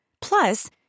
Plus